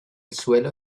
suelo